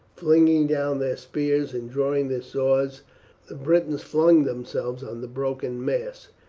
flinging down their spears and drawing their swords the britons flung themselves on the broken mass,